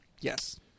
Yes